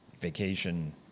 vacation